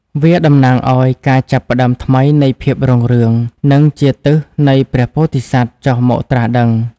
វាតំណាងឲ្យការចាប់ផ្តើមថ្មីនៃភាពរុងរឿង និងជាទិសនៃព្រះពោធិសត្វចុះមកត្រាស់ដឹង។